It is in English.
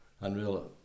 Unreal